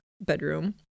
bedroom